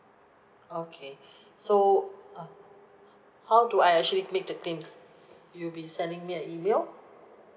okay so uh how do I actually make the claims you'll be sending me an email